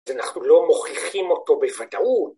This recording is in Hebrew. אז אנחנו לא מוכיחים אותו בבטאות.